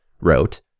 wrote